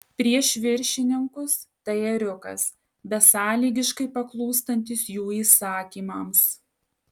prieš viršininkus tai ėriukas besąlygiškai paklūstantis jų įsakymams